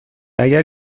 اگر